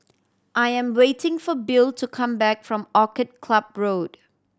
I am waiting for Bill to come back from Orchid Club Road